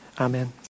Amen